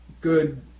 good